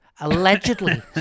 Allegedly